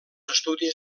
estudis